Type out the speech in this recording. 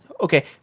okay